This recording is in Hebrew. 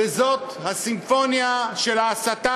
וזאת הסימפוניה של ההסתה,